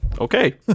Okay